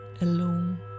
alone